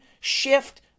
shift